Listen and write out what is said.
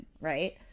right